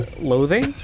loathing